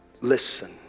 Listen